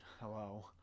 hello